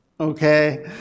Okay